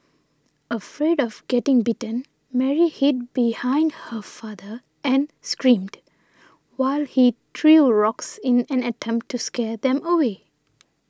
afraid of getting bitten Mary hid behind her father and screamed while he trail rocks in an attempt to scare them away